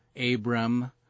Abram